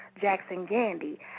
Jackson-Gandy